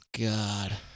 God